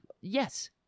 yes